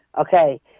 Okay